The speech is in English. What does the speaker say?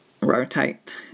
rotate